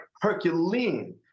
Herculean